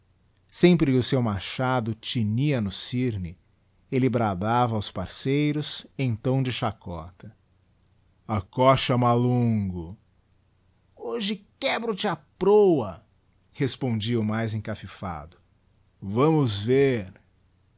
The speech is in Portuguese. sempre que o seu machado tinia no cirne elle bradava aos parceiros em tom de chacota acocha malungo hoje quebro te a proa respondia o mais encafifado vamos